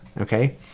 Okay